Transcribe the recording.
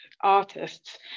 artists